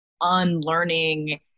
unlearning